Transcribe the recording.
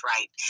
right